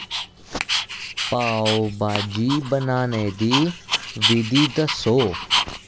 पाओ भाजी बनाने दी विधि दस्सो